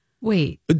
Wait